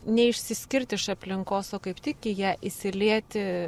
neišsiskirt iš aplinkos o kaip tik į ją įsilieti